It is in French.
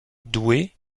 doué